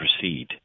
proceed